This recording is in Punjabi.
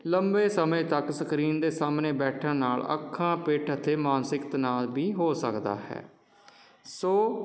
ਲੰਬੇ ਸਮੇਂ ਤੱਕ ਸਕਰੀਨ ਦੇ ਸਾਹਮਣੇ ਬੈਠਣ ਨਾਲ ਅੱਖਾਂ ਪਿੱਠ ਅਤੇ ਮਾਨਸਿਕ ਤਨਾਅ ਵੀ ਹੋ ਸਕਦਾ ਹੈ ਸੋ